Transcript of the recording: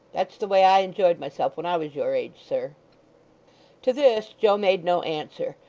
that's the way i enjoyed myself when i was your age, sir to this, joe made no answer,